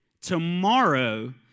Tomorrow